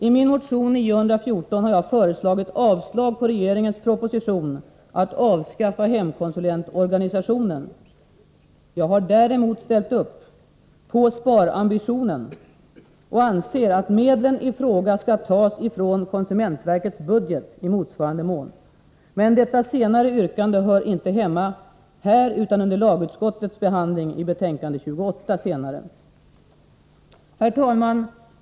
I min motion 914 har jag föreslagit avslag på regeringens proposition om att avskaffa hemkonsulentorganisationen. Jag har däremot ställt upp på sparambitionen och anser att medlen i fråga skall tas från konsumentverkets budget i motsvarande mån. Detta senare yrkande hör dock inte hemma här utan under lagutskottets behandling i dess betänkande 28. Herr talman!